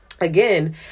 again